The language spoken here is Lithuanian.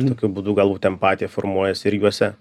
tokiu būdu galbūt empatija formuojasi ir juose